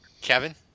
Kevin